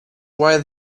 why